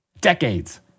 Decades